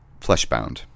Fleshbound